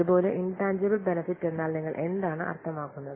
അതുപോലെ intangible benefit എന്നാൽ നിങ്ങൾ എന്താണ് അർത്ഥമാക്കുന്നത്